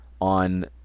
on